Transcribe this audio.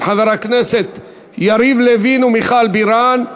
של חברי הכנסת יריב לוין ומיכל בירן.